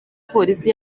polisi